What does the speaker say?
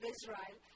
Israel